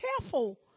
careful